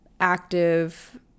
active